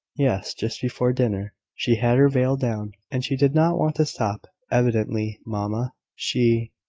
yes just before dinner. she had her veil down, and she did not want to stop, evidently, mamma. she.